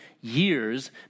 years